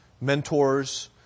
mentors